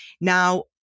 Now